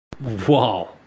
Wow